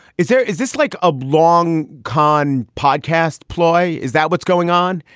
is there is this like a long con podcast ploy? is that what's going on?